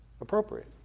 appropriate